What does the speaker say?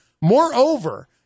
moreover